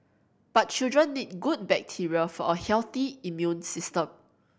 but children need good bacteria for a healthy immune system